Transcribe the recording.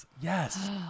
Yes